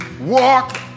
walk